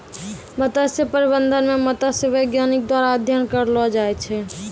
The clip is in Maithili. मत्स्य प्रबंधन मे मत्स्य बैज्ञानिक द्वारा अध्ययन करलो जाय छै